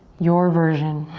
your version.